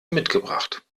mitgebracht